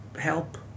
help